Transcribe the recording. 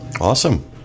Awesome